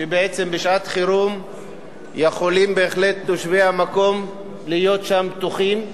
ובעצם בשעת-חירום יכולים בהחלט תושבי המקום להיות בטוחים שם,